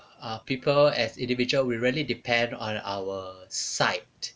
err people as individual we really depend on our sight